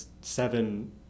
seven